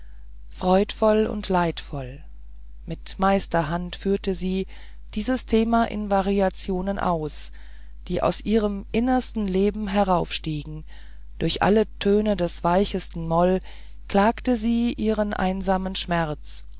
freudvoll und leidvoll mit meisterhand führte sie dieses thema in variationen aus die aus ihrem innersten leben herauf stiegen durch alle töne des weichsten moll klagte sie ihren einsamen schmerz